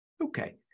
Okay